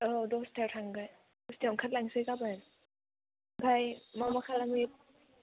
औ दसथायाव थांगोन दसथायाव ओंखारलांसै गाबोन ओमफ्राय मा मा खालाम हैयो